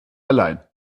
allein